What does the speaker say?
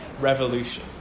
Revolution